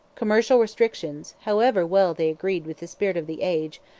commercial restrictions, however well they agreed with the spirit of the age,